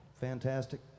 fantastic